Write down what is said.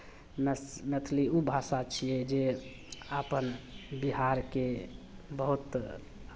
मै मैथिली भाषा छियै जे आपन बिहारके बहुत